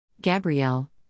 Gabrielle